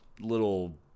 little